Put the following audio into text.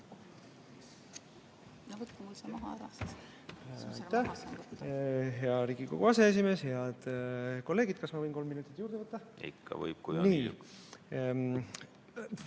hea Riigikogu aseesimees! Head kolleegid! Kas ma võin kolm minutit juurde võtta? Ikka võib, kui on